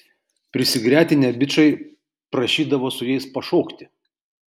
prisigretinę bičai prašydavo su jais pašokti